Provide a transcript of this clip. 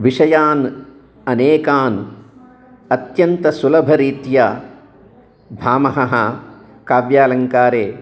विषयान् अनेकान् अत्यन्त सुलभरीत्या भामहः काव्यालङ्कारे